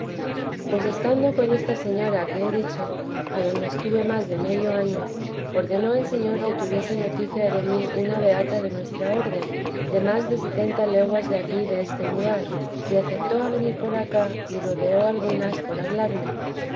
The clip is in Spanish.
pues estando con esta señora que he dicho adonde estuve más de medio año ordenó el señor que tuviese noticia de mí una beata de nuestra orden de más de setenta leguas de aquí deste lugar y acertó a venir por acá y rodeó algunas por hablarme